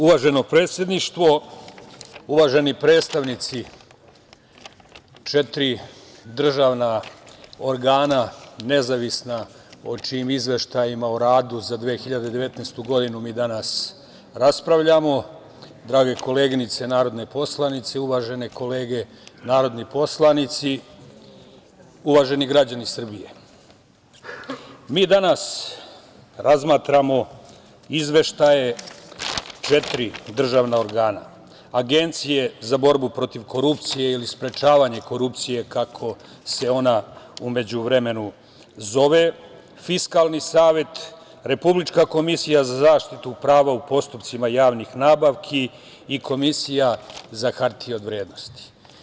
Uvaženo predsedništvo, uvaženi predstavnici četiri državna organa nezavisna o čijim izveštajima o radu za 2019. godinu mi danas raspravljamo, drage koleginice narodne poslanice, uvažene kolege narodni poslanici, uvaženi građani Srbije, mi danas razmatramo izveštaje četiri državna organa – Agencije za borbu protiv korupcije ili sprečavanje korupcije, kako se ona u međuvremenu zove, Fiskalni savet, Republička komisija za zaštitu prava u postupcima javnih nabavki i Komisija za hartije od vrednosti.